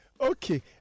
Okay